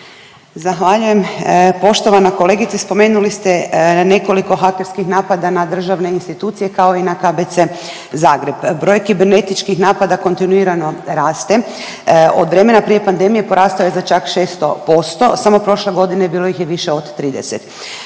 Zahvaljujem. Poštovana kolegice, spomenuli ste na nekoliko hakerskih napada na državne institucije, kao i na KBC Zagreb. Broj kibernetičkih napada kontinuirano raste, od vremena prije pandemije porastao je za čak 600%, samo prošle godine bilo ih je više od 30.